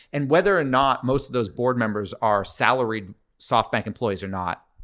and whether or not most of those board members are salaried softbank employees or not,